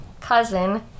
cousin